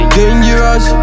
dangerous